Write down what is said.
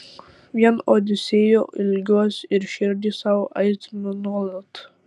vien odisėjo ilgiuos ir širdį sau aitrinu nuolat